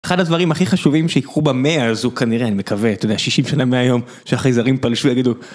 אחד הדברים הכי חשובים שיקחו במאה הזו כנראה, אני מקווה, אתה יודע, 60 שנה מהיום, שהחייזרים פלשו יגידו...